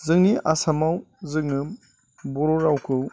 जोंनि आसामाव जोङो बर' रावखौ